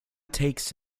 takes